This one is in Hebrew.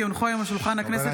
כי הונחו היום על שולחן הכנסת,